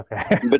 okay